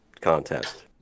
contest